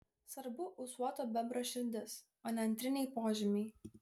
svarbu ūsuoto bebro širdis o ne antriniai požymiai